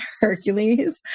Hercules